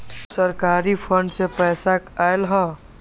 सरकारी फंड से पईसा आयल ह?